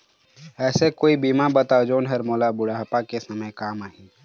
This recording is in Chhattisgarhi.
ऐसे कोई बीमा बताव जोन हर मोला बुढ़ापा के समय काम आही?